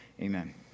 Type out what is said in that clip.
Amen